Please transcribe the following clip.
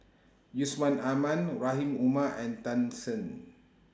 Yusman Aman Rahim Omar and Tan Shen